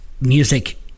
music